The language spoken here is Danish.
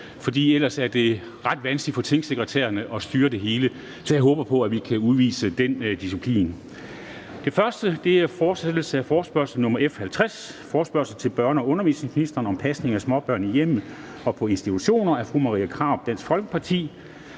for ellers er det ret vanskeligt for tingsekretærerne at styre det hele. Så jeg håber på, at vi kan udvise den disciplin. --- Det første punkt på dagsordenen er: 1) Fortsættelse af forespørgsel nr. F 50 [afstemning]: Forespørgsel til børne- og undervisningsministeren om pasning af småbørn i hjemmet og på institutioner. Af Marie Krarup (DF) m.fl.